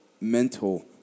mental